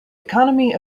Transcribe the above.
economy